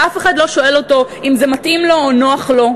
ואף אחד לא שואל אותו אם זה מתאים לו או נוח לו.